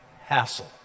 hassle